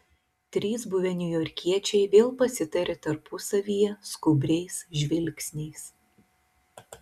trys buvę niujorkiečiai vėl pasitarė tarpusavyje skubriais žvilgsniais